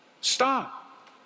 Stop